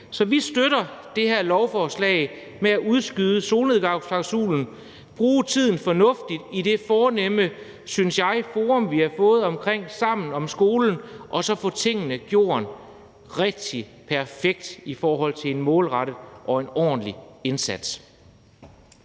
Så vi støtter det her lovforslag om at udskyde solnedgangsklausulen, bruge tiden fornuftigt i det fornemme, synes jeg, forum, vi har fået omkring Sammen om skolen og så få tingene gjort rigtigt, perfekt i forhold til en målrettet og en ordentlig indsats.